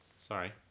Sorry